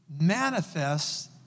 manifests